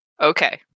Okay